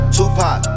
Tupac